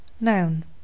Noun